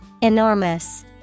Enormous